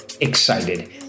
excited